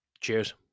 Cheers